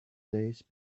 days